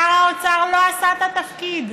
שר האוצר לא עשה את התפקיד,